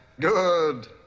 Good